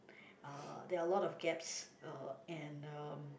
uh there are a lot of gaps uh and um